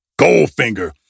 Goldfinger